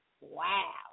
Wow